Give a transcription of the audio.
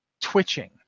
twitching